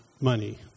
money